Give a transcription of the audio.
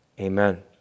amen